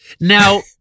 Now